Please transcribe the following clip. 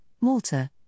Malta